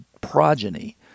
progeny